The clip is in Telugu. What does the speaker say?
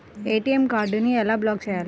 ఏ.టీ.ఎం కార్డుని ఎలా బ్లాక్ చేయాలి?